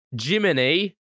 Jiminy